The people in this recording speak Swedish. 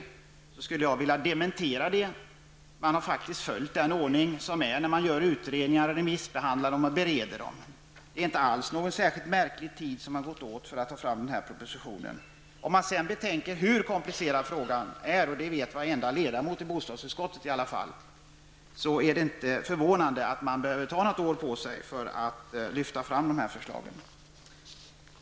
Men jag skulle då vilja dementera och säga att man faktiskt har följt den ordning som gäller i samband med utredningar samt vid remissbehandlingen och beredningen av dessa. Det är alltså inte något märkligt med den tid som har gått åt för att ta fram propositionen. Om man sedan betänker hur komplicerad den här frågan är -- i alla fall varenda ledamot i bostadsutskottet vet att detta är komplicerat -- är det inte förvånande att det behövs några års arbete för att kunna lyfta fram sådana här förslag.